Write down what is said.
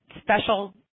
special